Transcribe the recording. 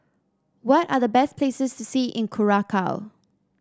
what are the best places to see in Curacao